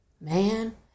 man